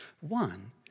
One